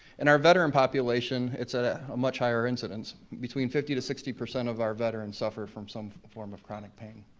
and our veteran population, it's a ah ah much higher incidence, between fifty to sixty percent of our veterans suffer from some form of chronic pain.